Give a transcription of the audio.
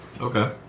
Okay